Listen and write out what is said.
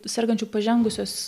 sergančių pažengusios